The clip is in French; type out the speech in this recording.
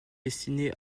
destinée